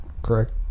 correct